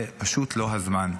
זה פשוט לא הזמן.